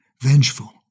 vengeful